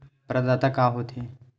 प्रदाता का हो थे?